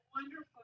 wonderful